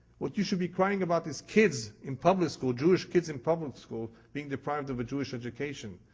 what you should be crying about is kids in public school, jewish kids in public school being deprived of a jewish education.